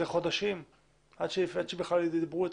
חודשים עד שבכלל ידברו אתכם.